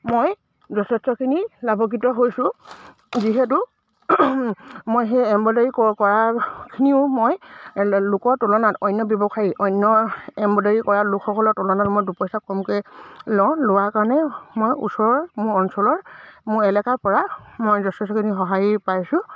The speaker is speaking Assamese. মই যথেষ্টখিনি লাভকৃত হৈছোঁ যিহেতু মই সেই এম্ব্ৰইডাৰী ক কৰাখিনিও মই লোকৰ তুলনাত অন্য ব্যৱসায়ী অন্য এম্ব্ৰইডাৰী কৰা লোকসকলৰ তুলনাত মই দুপইচা কমকে লওঁ লোৱাৰ কাৰণে মই ওচৰৰ মোৰ অঞ্চলৰ মোৰ এলেকাৰ পৰা মই যথেষ্টখিনি সহাৰি পাইছোঁ